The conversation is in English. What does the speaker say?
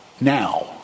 now